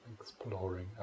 exploring